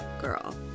girl